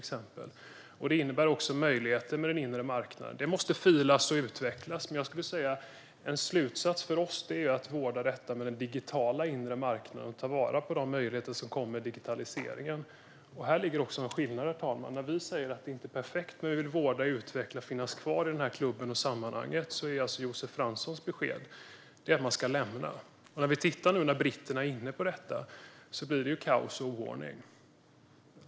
Den innebär också möjligheter med den inre marknaden. Det måste filas på och utvecklas, men jag skulle säga att en slutsats för oss är att vårda detta med den digitala inre marknaden och ta vara på de möjligheter som kommer med digitaliseringen. Här ligger också en skillnad, herr talman. När vi säger att det inte är perfekt men att vi vill vårda, utveckla och finnas kvar i den här klubben och i det här sammanhanget är Josef Franssons besked att man ska lämna EU. Nu när britterna är inne på detta ser vi att det blir kaos och oordning.